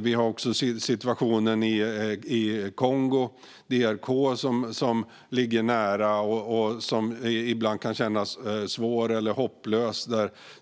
Vi har situationen i Kongo, DRK, som ligger nära och som ibland kan kännas svår eller hopplös